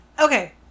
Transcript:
Okay